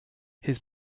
his